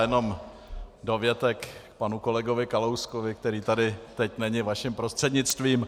Jenom dovětek k panu kolegovi Kalouskovi, který tady teď není, vaším prostřednictvím.